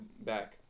back